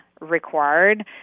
required